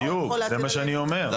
בדיוק, זה מה שאני אומר.